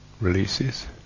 releases